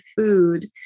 food